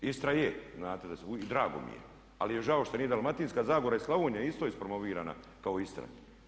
Istra je, znate i drago mi je ali mi je žao što nije Dalmatinska zagora i Slavonija isto ispromovirana kao Istra.